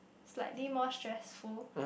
slightly more stressful